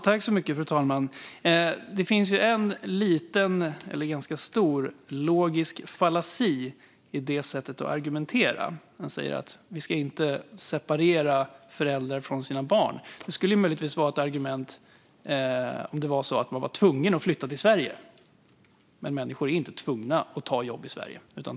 Fru talman! Det finns en ganska stor logisk fallasi i det sättet att argumentera. Tony Haddou säger att vi inte ska separera föräldrar från deras barn. Det skulle möjligtvis kunna vara ett argument om man var tvungen att flytta till Sverige. Men människor är inte tvungna att ta jobb i Sverige.